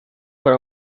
per